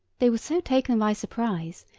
they were so taken by surprise,